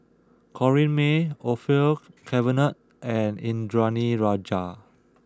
Corrinne May Orfeur Cavenagh and Indranee Rajah